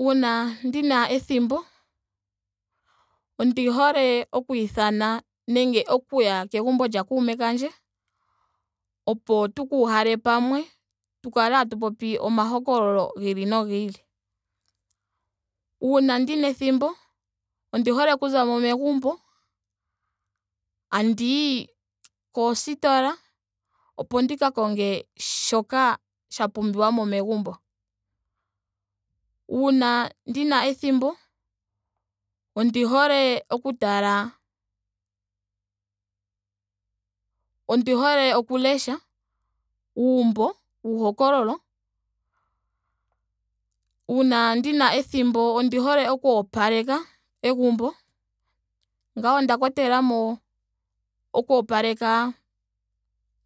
Uuna ndina ethimbo ondi hole oku ithana nenge okuya kegumbo lya kuume kandje opo tuka uhale tatu popi omahokololo giili nogiili. Uuna ndina ethimbo ondi hole oku zamo megumbo. tandiyi koostola opo ndika konge shoka sha pumbiwa mo megumbo. Uuna ndina ethimbo ondi hole oku tala ondi hole oku lesha uuumbo wuuhokololo. uuna ndina ethimbo ondi hole oku opaleka egumbo ngawo onda kwatela mo oku opaleka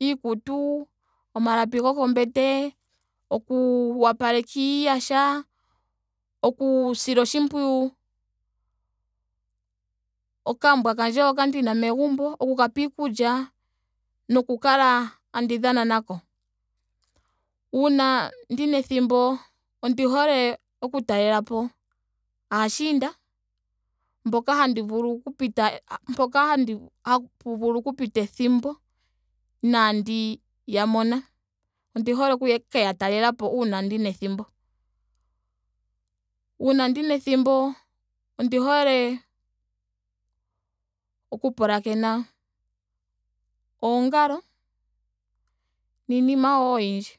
iikutu. omalapi gokombete. oku opaleka iiyaha. oku sila oshimpwiyu okambwa kandje hoka keli megumbo. oku ka pa iikulya. noku kala tandi dhana nako. Uuna ndina ethimbo ondi hole oku talelapo aashiinda mboka handi vulu oku pita ethimbo inaandi ya mona. ondi hole oku ya talelapo uuna ndina ethimbo. Uuna ndina ethimbo ondi hole oku pulakena oongalo niinima wo oyindji